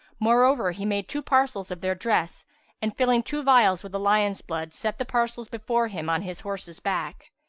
moreover he made two parcels of their dress and, filling two vials with the lion's blood, set the parcels before him on his horse's back.